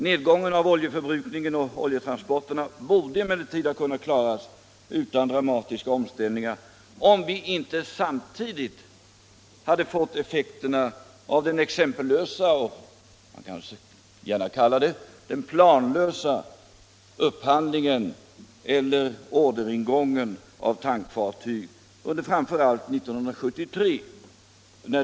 Nedgången av oljeförbrukningen och oljetransporterna borde emellertid ha kunnat klaras utan dramatiska omställningar om vi inte samtidigt hade fått effekterna av den exempellösa och —- det kan man gärna kalla den — planlösa upphandlingen eller orderingången av tankfartyg under framför allt 1973.